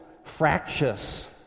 fractious